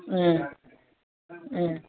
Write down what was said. ஆ ம்